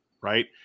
Right